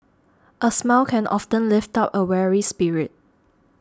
a smile can often lift up a weary spirit